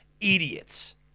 idiots